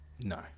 No